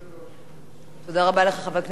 תודה רבה לך, חבר הכנסת דב חנין.